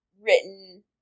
written